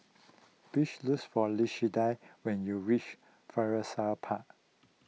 please looks for Lashunda when you reach Florissa Park